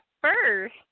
first